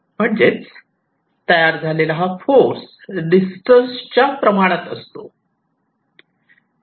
म्हणजे तयार झालेला फोर्स हा डिस्टन्स च्या प्रमाणात असतो